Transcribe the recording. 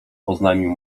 oznajmił